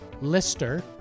Lister